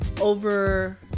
over